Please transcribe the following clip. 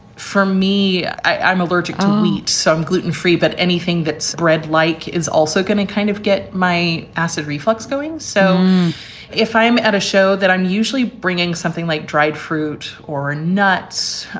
for me. i'm allergic. only eat some gluten free. but anything that's spread like is also going to kind of get my acid reflux going. so if i'm at a show that i'm usually bringing something like dried fruit or nuts,